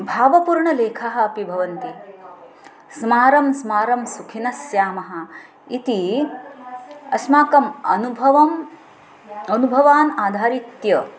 भावपूर्णलेखाः अपि भवन्ति स्मारं स्मारं सुखिनः स्यामः इति अस्माकम् अनुभवम् अनुभवान् आधारीकृत्य